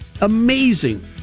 amazing